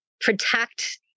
protect